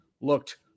looked